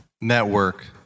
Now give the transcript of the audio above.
Network